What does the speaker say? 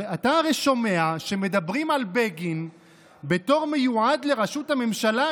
אתה הרי שומע שמדברים על בגין בתור מיועד לראשות הממשלה,